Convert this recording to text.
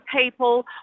people